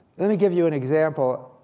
let me give you an example,